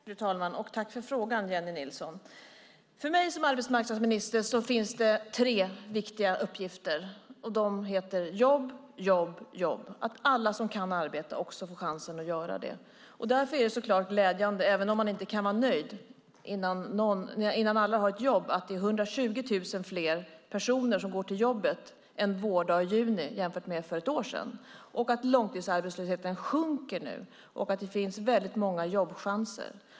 Fru talman! Tack för frågan, Jennie Nilsson! För mig som arbetsmarknadsminister finns det tre viktiga uppgifter. De heter jobb, jobb och jobb - att alla som kan arbeta också får chansen att göra det. Därför är det så klart glädjande, även om man inte kan vara nöjd innan alla har ett jobb, att det är 120 000 fler personer som nu går till jobbet en vårdag i juni jämfört med för ett år sedan, att långtidsarbetslösheten sjunker och att det finns väldigt många jobbchanser.